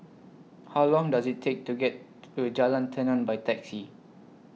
How Long Does IT Take to get to Jalan Tenon By Taxi